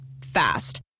Fast